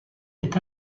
est